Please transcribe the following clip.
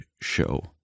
show